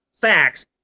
facts